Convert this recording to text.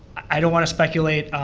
i don't want to speculate.